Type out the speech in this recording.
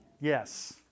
Yes